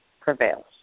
prevails